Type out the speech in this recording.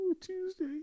Tuesday